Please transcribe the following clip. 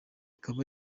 ikaba